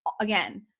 again